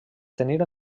tenir